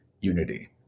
unity